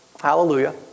Hallelujah